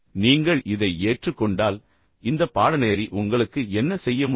நீங்கள் இதை ஏற்றுக்கொண்டால் இந்த பாடநெறி உங்களுக்கு என்ன செய்ய முடியும்